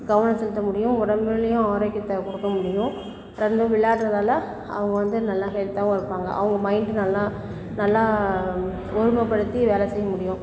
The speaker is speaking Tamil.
கவனம் செலுத்த முடியும் உடம்புலையும் ஆரோக்கியத்தை கொடுக்க முடியும் அப்புறம் வந்து விளாடுறதால அவங்க வந்து நல்லா ஹெல்த்தாகவும் இருப்பாங்க அவங்க மைண்ட் நல்லா நல்லா ஒருமைப்படுத்தி வேலை செய்ய முடியும்